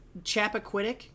Chappaquiddick